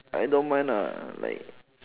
I don't mind ah like